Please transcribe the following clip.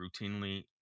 routinely